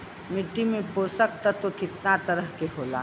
मिट्टी में पोषक तत्व कितना तरह के होला?